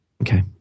okay